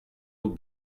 nos